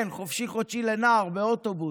כן, חופשי-חודשי לנער באוטובוס.